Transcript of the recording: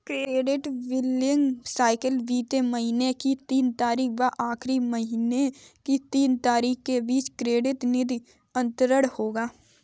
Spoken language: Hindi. क्रेडिट बिलिंग साइकिल बीते महीने की तीन तारीख व आगामी महीने की तीन तारीख के बीच क्रेडिट निधि अंतरण होगा